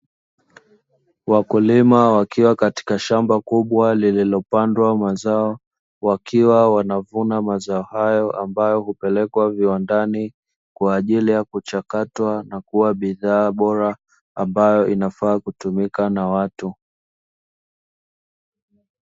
Wakulima wakiwa katika shamba kubwa lililopandwa mazao, wakiwa wanavuna mazao hayo ambayo upelekwa viwandani kwaajili ya kuchakatwa na kuwa bidhaa bora ambayo inafaa kutumika na watu.